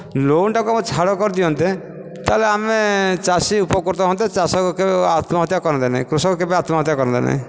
ଲୋନ୍ଟାକୁ ଆମକୁ ଛାଡ଼ କରି ଦିଅନ୍ତେ ତା'ହେଲେ ଆମେ ଚାଷୀ ଉପକୃତ ହୁଅନ୍ତୁ ଚାଷ କେବେ ଆତ୍ମହତ୍ୟା କରନ୍ତା ନାହିଁ କୃଷକ କେବେ ଆତ୍ମହତ୍ୟା କରନ୍ତା ନାହିଁ